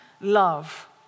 love